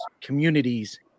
communities